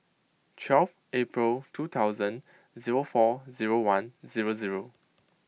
twelve April two thousand zero four zero one zero zero